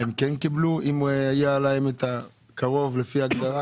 כן קיבלו אם היה להם קרוב לפי ההגדרה?